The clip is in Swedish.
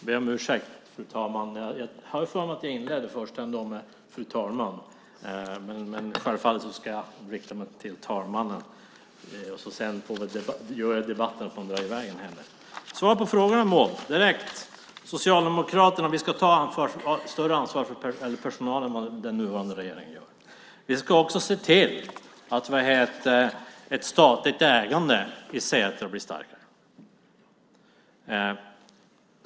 Fru talman! Jag ber om ursäkt. Jag hade för mig att jag inledde med "fru talman". Självfallet ska jag rikta mig till talmannen. Jag ska svara på frågorna direkt, Maud. Vi socialdemokrater ska ta större ansvar för personalen än vad den nuvarande regeringen gör. Vi ska också se till att ett statligt ägande i Setra blir starkare.